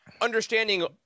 understanding